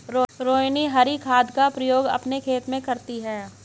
रोहिनी हरी खाद का प्रयोग अपने खेत में करती है